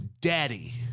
daddy